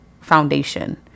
foundation